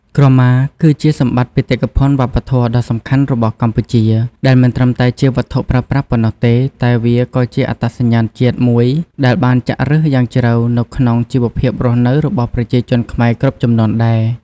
ក្រមា គឺជាសម្បត្តិបេតិកភណ្ឌវប្បធម៌ដ៏សំខាន់របស់កម្ពុជា ដែលមិនត្រឹមតែជាវត្ថុប្រើប្រាស់ប៉ុណ្ណោះទេ តែវាក៏ជាអត្តសញ្ញាណជាតិមួយដែលបានចាក់ឫសយ៉ាងជ្រៅនៅក្នុងជីវភាពរស់នៅរបស់ប្រជាជនខ្មែរគ្រប់ជំនាន់ដែរ។